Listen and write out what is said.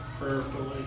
Prayerfully